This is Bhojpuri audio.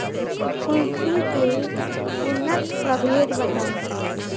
कुलथी के उन्नत प्रभेद बताई?